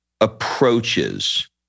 approaches